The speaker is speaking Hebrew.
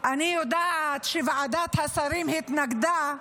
יודעת שוועדת השרים התנגדה,